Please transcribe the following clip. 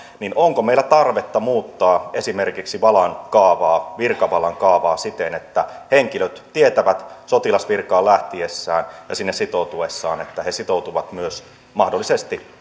onko meillä tarvetta muuttaa esimerkiksi valan kaavaa virkavalan kaavaa siten että henkilöt tietävät sotilasvirkaan lähtiessään ja sinne sitoutuessaan että he sitoutuvat myös mahdollisesti